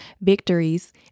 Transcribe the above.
victories